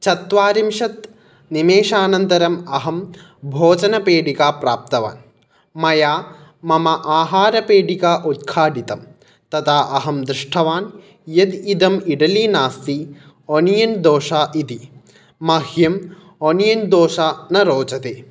चत्वारिंशत् निमेषानन्तरम् अहं भोजनपेटिका प्राप्तवान् मया मम आहारपेटिका उद्घाटितं तदा अहं दृष्ठवान् यद् इदम् इड्ली नास्ति आनियन् दोसा इति मह्यं आनियन् दोसा न रोचते